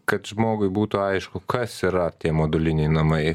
kad žmogui būtų aišku kas yra tie moduliniai namai